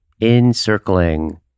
encircling